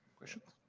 questions?